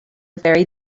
very